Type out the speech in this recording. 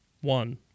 one